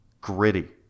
Gritty